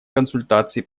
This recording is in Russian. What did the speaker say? консультаций